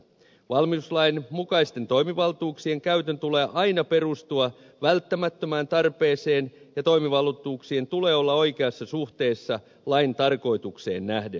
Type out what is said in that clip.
valmiuslain mukaisten toimivaltuuksien käytön tulee aina perustua välttämättömään tarpeeseen ja toimivaltuuksien tulee olla oikeassa suhteessa lain tarkoitukseen nähden